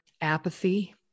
apathy